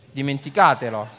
dimenticatelo